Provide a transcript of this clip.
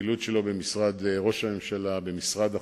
מהפעילות שלו במשרד ראש הממשלה, במשרד החוץ,